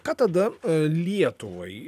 ką tada lietuvai